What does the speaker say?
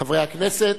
חברי הכנסת,